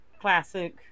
classic